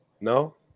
No